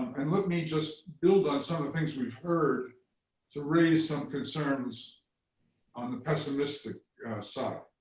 and let me just build on sort of things we've heard to raise some concerns on the pessimistic side.